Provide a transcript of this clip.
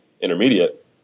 intermediate